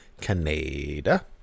Canada